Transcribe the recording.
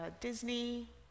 Disney